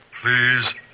Please